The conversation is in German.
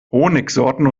honigsorten